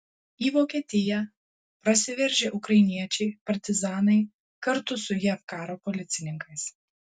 į vokietiją prasiveržę ukrainiečiai partizanai kartu su jav karo policininkais